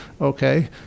okay